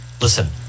listen